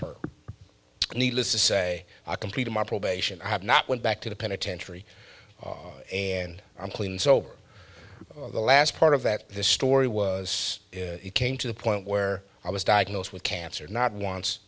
her needless to say i completed my probation i have not went back to the penitentiary and i'm clean sober the last part of that this story was came to the point where i was diagnosed with cancer not once